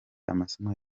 amasomo